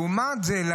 לעומת זאת,